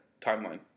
timeline